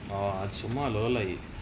oh அது சும்மா:athu summaa lolayi